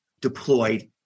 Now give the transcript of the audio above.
deployed